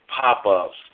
pop-ups